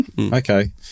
Okay